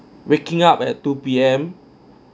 waking up at two P_M